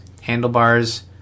Handlebars